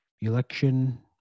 election